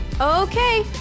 Okay